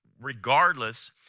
regardless